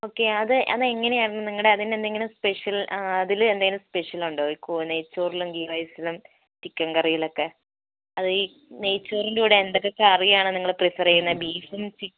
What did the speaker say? okay അത് അതെങ്ങനെയായിരുന്നു നിങ്ങളുടെ അതിനെന്തെങ്കിലും സ്പെഷ്യൽ അതിൽ എന്തെങ്കിലും സ്പെഷ്യൽ ഉണ്ടോ ഇപ്പോൾ നെയ്ച്ചോറിലും ഗീറൈസിലും ചിക്കൻകറിയിലൊക്കെ അത് ഈ നെയ്ച്ചോറിൻ്റെ കൂടെ എന്തൊക്കെ കറിയാണ് നിങ്ങൾ പ്രിഫർ ചെയ്യുന്നത് ബീഫും ചി